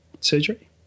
surgery